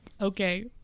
Okay